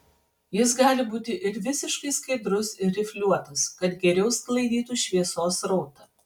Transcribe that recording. jis gali būti ir visiškai skaidrus ir rifliuotas kad geriau sklaidytų šviesos srautą